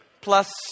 plus